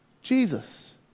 Jesus